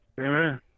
amen